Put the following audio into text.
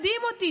מדהים אותי.